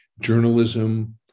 journalism